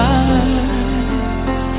eyes